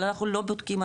אבל אנחנו לא בודקים,